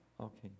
Okay